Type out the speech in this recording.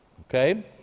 Okay